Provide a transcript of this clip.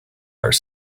are